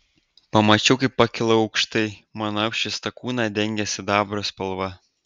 pamačiau kaip pakilau aukštai mano apšviestą kūną dengė sidabro spalva